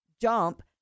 jump